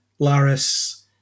Laris